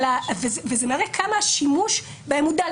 וזה מראה כמה השימוש בהם מודע.